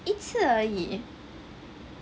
一次而已